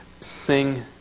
sing